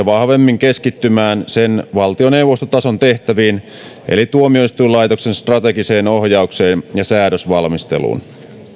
vahvemmin keskittymään sen valtioneuvostotason tehtäviin eli tuomioistuinlaitoksen strategiseen ohjaukseen ja säädösvalmisteluun